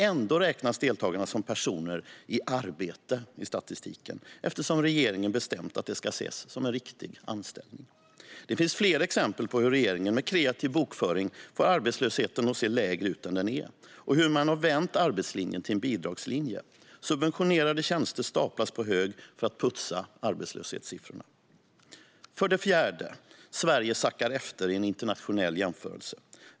Ändå räknas deltagarna som personer i arbete i statistiken, eftersom regeringen bestämt att det ska ses som en riktig anställning. Det finns fler exempel på hur regeringen med kreativ bokföring får arbetslösheten att se lägre ut än vad den är och hur man har vänt arbetslinjen till en bidragslinje. Subventionerade tjänster staplas på hög för att putsa arbetslöshetssiffrorna. För det fjärde: Sverige sackar efter i en internationell jämförelse.